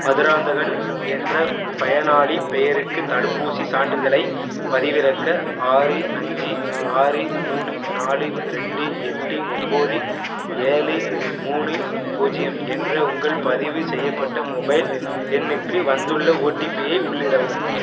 மதுராந்தகன் என்ற பயனாளிப் பெயருக்கு தடுப்பூசிச் சான்றிதழைப் பதிவிறக்க ஆறு அஞ்சு ஆறு மூணு நாலு ரெண்டு எட்டு ஒம்பது ஏழு மூணு பூஜ்ஜியம் என்ற உங்கள் பதிவு செய்யப்பட்ட மொபைல் எண்ணுக்கு வந்துள்ள ஓடிபிஐ உள்ளிடவும்